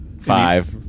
Five